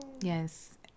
Yes